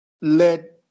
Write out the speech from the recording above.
led